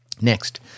Next